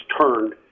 turned